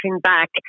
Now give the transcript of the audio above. back